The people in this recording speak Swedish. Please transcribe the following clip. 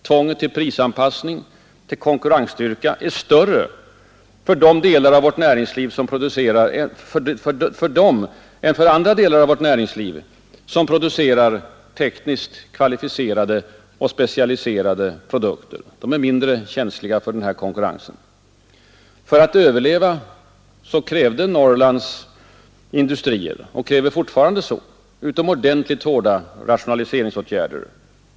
Tvånget till prisanpassning och konkurrensstyrka är större än för de delar av vårt näringsliv som producerar tekniskt kvalificerade och specialiserade produkter vilka är mindre känsliga för denna konkurrens. För att överleva krävde och kräver Norrlands industrier utomordentligt hårda rationaliseringsåtgärder.